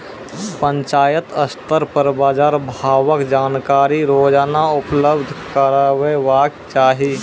पंचायत स्तर पर बाजार भावक जानकारी रोजाना उपलब्ध करैवाक चाही?